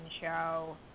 show